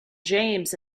james